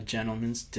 Gentleman's